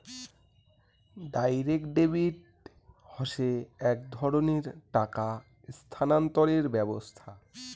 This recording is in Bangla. ডাইরেক্ট ডেবিট হসে এক ধরণের টাকা স্থানান্তরের ব্যবস্থা